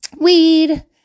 weed